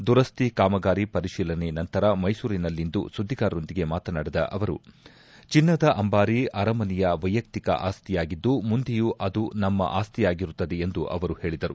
ದುರಸ್ತಿ ಕಾಮಗಾರಿ ಪರಿಶೀಲನೆ ನಂತರ ಮೈಸೂರಿನಲ್ಲಿಂದು ಸುದ್ದಿಗಾರರೊಂದಿಗೆ ಮಾತನಾಡಿದ ಅವರು ಚಿನ್ನದ ಅಂಬಾರಿ ಅರಮನೆಯ ವೈಯಕ್ತಿಕ ಆಸ್ತಿಯಾಗಿದ್ದು ಮುಂದೆಯೂ ಅದು ನಮ್ಮ ಆಸ್ತಿಯಾಗಿರುತ್ತದೆ ಎಂದು ಹೇಳಿದರು